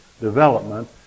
development